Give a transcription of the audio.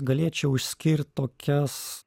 galėčiau išskirt tokias